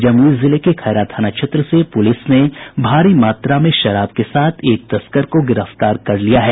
जमुई जिले के खैरा थाना क्षेत्र से पुलिस ने भारी मात्रा में शराब के साथ एक तस्कर को गिरफ्तार कर किया है